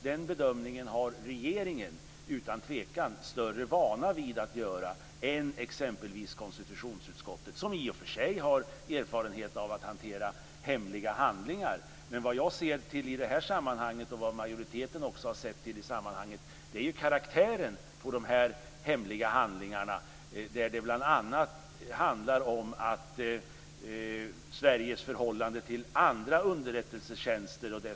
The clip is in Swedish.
Den bedömningen har regeringen utan tvekan större vana vid att göra än exempelvis konstitutionsutskottet, som i och för sig har erfarenhet av att hantera hemliga handlingar. Men i det här sammanhanget ser jag och majoriteten till karaktären på de hemliga handlingarna. De handlar ju bl.a. om Sveriges förhållande till andra länders underrättelsetjänster.